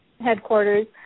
headquarters